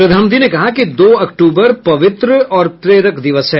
प्रधानमंत्री ने कहा कि दो अक्टूबर पवित्र और प्रेरक दिवस है